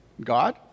God